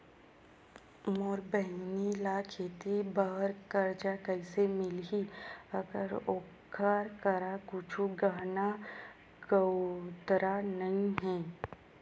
मोर बहिनी ला खेती बार कर्जा कइसे मिलहि, अगर ओकर करा कुछु गहना गउतरा नइ हे?